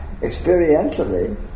experientially